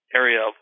area